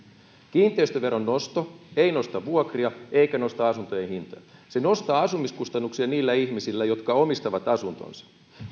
kiinteistöveron nosto ei nosta vuokria eikä nosta asuntojen hintoja se nostaa asumiskustannuksia niillä ihmisillä jotka omistavat asuntonsa